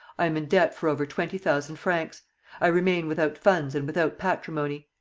i am in debt for over twenty thousand francs i remain without funds and without patrimony.